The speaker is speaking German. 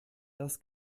das